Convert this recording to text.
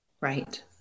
Right